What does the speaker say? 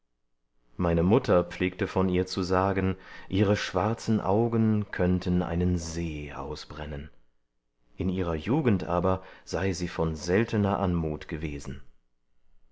meine mutter pflegte von ihr zu sagen ihre schwarzen augen könnten einen see ausbrennen in ihrer jugend aber sei sie von seltener anmut gewesen